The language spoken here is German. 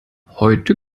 heute